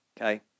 Okay